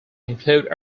include